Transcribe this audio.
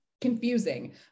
confusing